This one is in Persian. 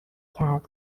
کرد